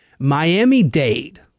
Miami-Dade